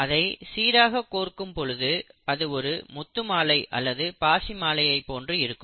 அதை சீராக கோர்க்கும் பொழுது அது ஒரு முத்துமாலை அல்லது பாசி மாலையை போன்று இருக்கும்